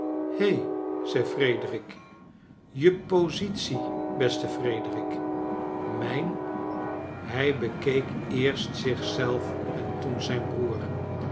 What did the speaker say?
hef zei frederik je positie beste frederik mijn hij bekeek eerst zich zelf en toen zijn broer